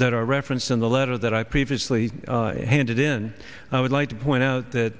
that are referenced in the letter that i previously handed in i would like to point out that